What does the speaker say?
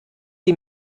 die